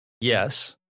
yes